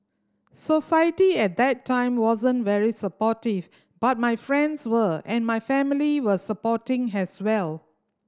society at that time wasn't very supportive but my friends were and my family were supporting has well